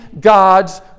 God's